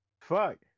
Fuck